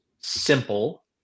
simple